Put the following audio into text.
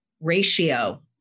ratio